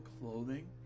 clothing